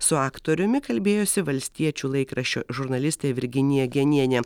su aktoriumi kalbėjosi valstiečių laikraščio žurnalistė virginija genienė